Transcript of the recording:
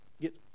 get